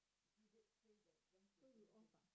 he did say that once we finished